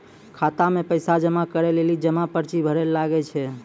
खाता मे पैसा जमा करै लेली जमा पर्ची भरैल लागै छै